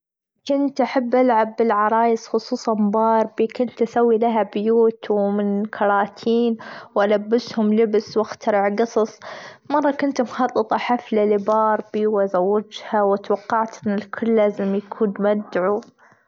كنت أحب ألعب بالعرايس خصوصًا باربي، كنت أسوي لها بيوت ومن كراتين وألبسهم لبس، وأخترع جصص مرة كنت مخططة حفلة لباربي وازودجها وأتوقعت أن الكل لازم يكون مدعو.